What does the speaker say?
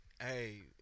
Hey